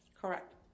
Correct